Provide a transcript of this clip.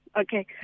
Okay